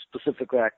specifically